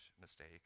mistake